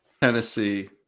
Tennessee